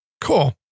Cool